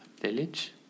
Village